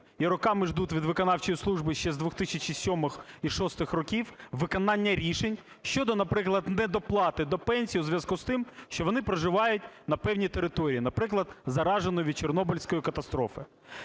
і роками ждуть від виконавчої служби, ще з 2007-го і 2006 років, виконання рішень щодо, наприклад, недоплати до пенсій у зв'язку з тим, що вони проживають на певній території, наприклад, зараженій від Чорнобильської катастрофи?